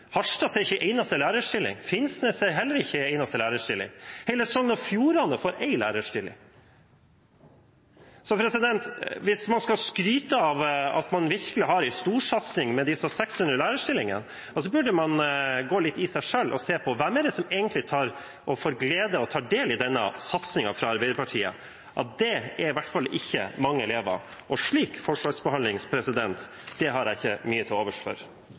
Harstad. Til Finnsnes er det heller ikke en eneste lærerstilling. Hele Sogn og Fjordane får én lærerstilling. Hvis man skal skryte av at man virkelig har en storsatsing med disse 600 lærerstillingene, burde man gå litt i seg selv og se på hvem det er som egentlig får glede av og tar del i denne satsingen fra Arbeiderpartiet. Det er i hvert fall ikke mange elever. Slik forskjellsbehandling har jeg ikke mye til